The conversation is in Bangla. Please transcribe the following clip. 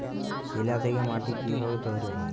শিলা থেকে মাটি কিভাবে তৈরী হয়?